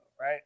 right